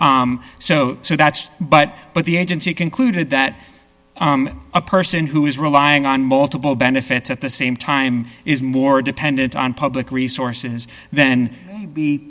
medicaid so that's but but the agency concluded that a person who is relying on multiple benefits at the same time is more dependent on public resources then